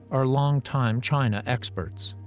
are longtime china experts.